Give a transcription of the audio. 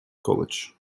college